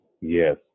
yes